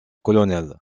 colonel